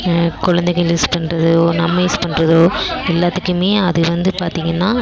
குழந்தைகள் யூஸ் பண்ணுறதோ நம்ம யூஸ் பண்ணுறதோ எல்லாத்துக்குமே அது வந்து பார்த்திங்கனா